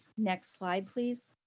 next slide, please.